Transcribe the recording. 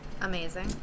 Amazing